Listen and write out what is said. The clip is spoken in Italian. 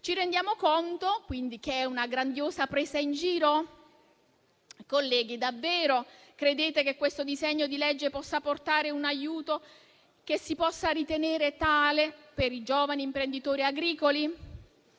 Ci rendiamo conto, quindi, che è una grandiosa presa in giro? Colleghi, davvero credete che questo disegno di legge possa portare un aiuto, che si possa ritenere tale, per i giovani imprenditori agricoli?